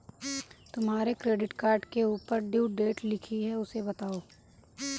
तुम्हारे credit card के ऊपर ड्यू डेट लिखी है उसे बताओ